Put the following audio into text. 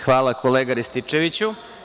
Hvala, kolega Rističeviću.